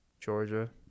Georgia